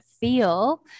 feel